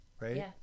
right